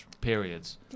periods